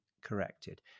corrected